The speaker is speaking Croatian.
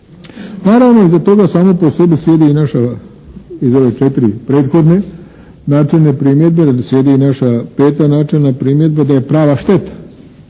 Naravno iza toga samo po sebi slijedi i naša, iz ove četiri prethodne načelne primjedbi, slijedi i naša peta načelna primjedba da je prava šteta